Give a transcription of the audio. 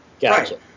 Gotcha